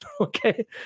okay